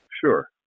Sure